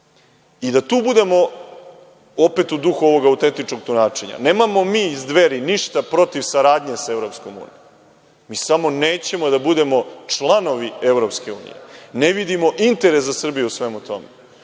da tu budemo opet u duhu ovoga autentičnog tumačenja, nemamo mi iz Dveri ništa protiv saradnje sa EU. Mi samo nećemo da budemo članovi EU. Ne vidimo interes za Srbiju u svemu tome.